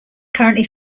currently